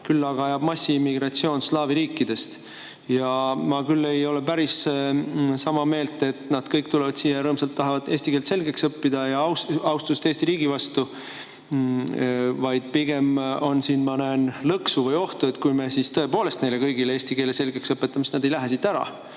küll aga ajab massiimmigratsioon slaavi riikidest. Ma küll ei ole päris sama meelt, et nad kõik tulevad siia ja rõõmsalt tahavad eesti keele selgeks õppida austusest Eesti riigi vastu. Pigem ma näen siin lõksu või ohtu, et kui me tõepoolest neile kõigile eesti keele selgeks õpetame, siis nad ei lähe siit ära